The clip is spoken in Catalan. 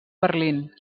berlín